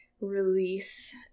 release